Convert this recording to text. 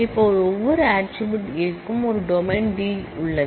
இப்போது ஒவ்வொரு attribute A க்கும் ஒரு டொமைன் D i உள்ளது